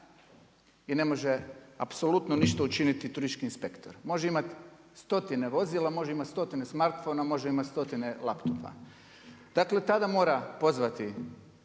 i ne može apsolutno ništa učiniti turistički inspektor. Može imati stotine vozila, može imati stotine smartfona, može imati stotine laptopa. Dakle tada mora pozvati